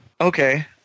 Okay